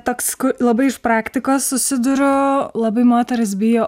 toks ku labai iš praktikos susiduriu labai moterys bijo